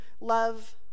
love